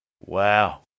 Wow